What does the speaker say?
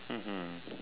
mmhmm